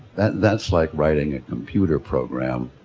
a, that's like writing a computer program